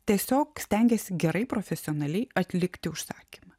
tiesiog stengėsi gerai profesionaliai atlikti užsakymą